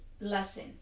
lesson